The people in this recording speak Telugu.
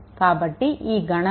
కాబట్టి ఈ గణనలు ఇక్కడ వ్రాసాను